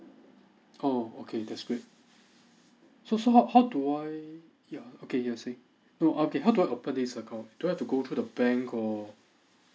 oh okay that's great so so how how do I yeah okay you are saying no okay how do I open this account do I have to go through the bank or